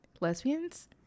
Lesbians